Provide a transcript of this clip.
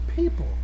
people